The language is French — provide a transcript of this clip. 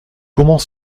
comment